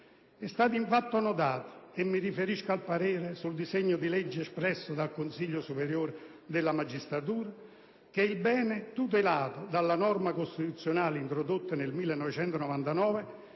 È stato infatti notato - e mi riferisco al parere sul disegno di legge espresso dal Consiglio superiore della magistratura - che il bene tutelato dalla norma costituzionale, introdotta nel 1999